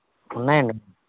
ఉన్నాయండి